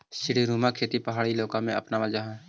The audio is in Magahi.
सीढ़ीनुमा खेती पहाड़ी इलाकों में अपनावल जा हई